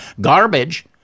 garbage—